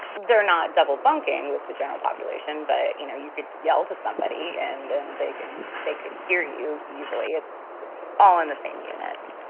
they're not double bunking with the general population. but, you know, you could yell to somebody and and beg and they could hear you easily. it's all in the same unit